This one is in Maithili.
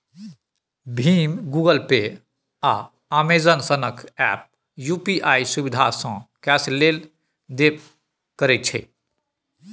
भीम, गुगल पे, आ अमेजन सनक एप्प यु.पी.आइ सुविधासँ कैशलेस लेब देब करबै छै